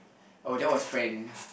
oh that was friend